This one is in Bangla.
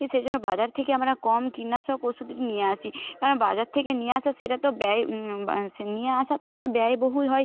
সে জন্য বাজার থেকে আমরা কম কীটনাশক ওষুধ নিয়ে আসি কারণ বাজার থেকে নিয়ে আসা সেটা তো ব্যয় বা সি নিয়ে আসা তো সে ব্যয়বহুল হয়